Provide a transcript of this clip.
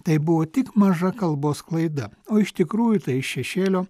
tai buvo tik maža kalbos klaida o iš tikrųjų tai iš šešėlio